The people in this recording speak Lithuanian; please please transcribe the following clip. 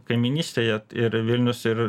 kaimynystėje ir vilnius ir